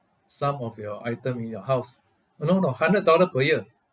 some of your item in your house uh no no hundred dollar per year